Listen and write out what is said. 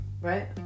right